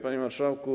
Panie Marszałku!